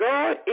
God